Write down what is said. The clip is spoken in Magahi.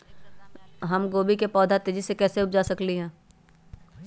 हम गोभी के पौधा तेजी से कैसे उपजा सकली ह?